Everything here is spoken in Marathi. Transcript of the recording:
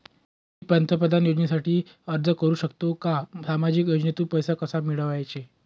मी पंतप्रधान योजनेसाठी अर्ज करु शकतो का? सामाजिक योजनेतून पैसे कसे मिळवायचे